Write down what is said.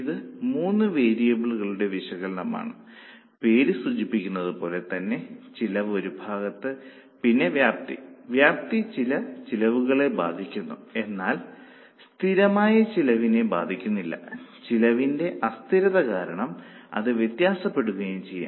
ഇത് മൂന്ന് വേരിയബിളുകളുടെ വിശകലനമാണ് പേര് സൂചിപ്പിക്കുന്നത് പോലെ തന്നെ ചെലവ് ഒരുഭാഗത്ത് പിന്നെ വ്യാപ്തി വ്യാപ്തി ചില ചെലവുകളെ ബാധിക്കുന്നു എന്നാൽ സ്ഥിരമായ ചിലതിനെ ബാധിക്കുന്നില്ല ചെലവിന്റെ അസ്ഥിരത കാരണം അത് വ്യത്യാസപ്പെടുകയും ചെയ്യാം